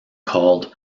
called